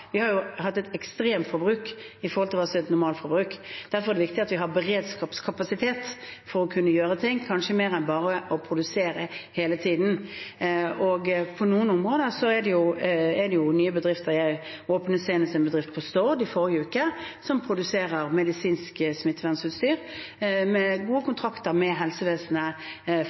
jo hatt et ekstremt forbruk i forhold til hva som er et normalforbruk. Derfor er det viktig at vi har beredskapskapasitet for å kunne gjøre ting, kanskje mer enn bare å produsere hele tiden. På noen områder er det jo nye bedrifter. Jeg åpnet senest i forrige uke en bedrift på Stord som produserer medisinsk smittevernutstyr og har gode kontrakter med helsevesenet